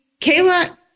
Kayla